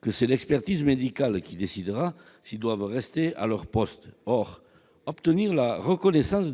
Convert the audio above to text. que c'est l'expertise médicale qui décidera si elles doivent rester à leur poste. Or obtenir la reconnaissance